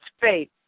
faith